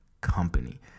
company